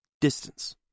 Distance